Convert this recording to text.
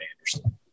Anderson